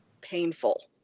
painful